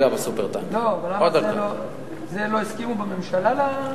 לא הסכימו על זה בממשלה?